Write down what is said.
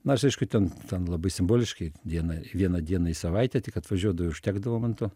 nors aišku ten ten labai simboliškai dieną vieną dieną į savaitę tik atvažiuodavai užtekdavo man to